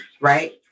right